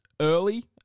early